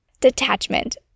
detachment